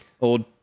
old